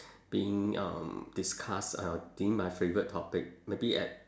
being um discussed uh being my favourite topic maybe at